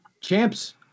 Champs